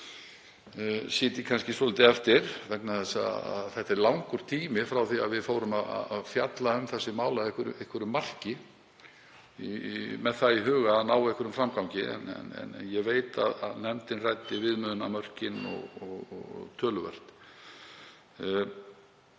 sitji svolítið eftir vegna þess að það er langur tími liðinn frá því að við fórum að fjalla um þessi mál að einhverju marki með það í huga að ná einhverjum framgangi. En ég veit að nefndin ræddi viðmiðunarmörkin töluvert.